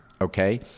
Okay